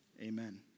Amen